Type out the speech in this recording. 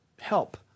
help